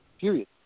Period